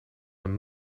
een